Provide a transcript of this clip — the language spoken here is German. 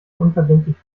unverbindlich